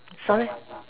sorry